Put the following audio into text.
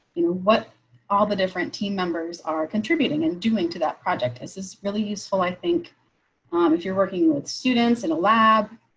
you know what all the different team members are contributing and doing to that project is is really useful. i think um if you're working with students in a lab.